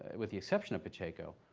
with the exception of pacheco,